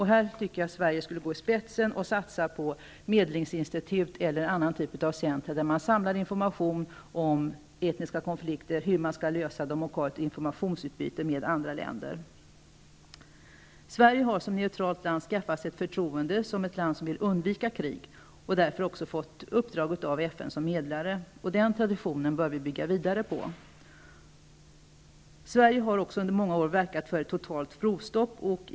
Här tycker jag att Sverige borde gå i spetsen och satsa på medlingsinstitut eller annan typ av centra, där man samlar information om etniska konflikter och om hur dessa skall kunna lösas. Man bör på det sättet kunna få ett informationsutbyte med andra länder. Sverige har som neutralt land skaffat sig ett förtroende som ett land som vill undvika krig och därför också fått uppdrag av FN som medlare. Den traditionen bör vi bygga vidare på. Sverige har också under många år verkat för ett totalt provstopp.